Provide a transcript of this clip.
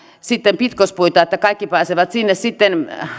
sitten pitkospuita että kaikki pääsevät sitten